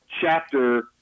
Chapter